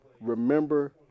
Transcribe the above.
remember